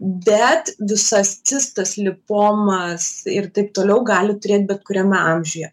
bet visas cistas lipomas ir taip toliau gali turėt bet kuriame amžiuje